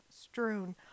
strewn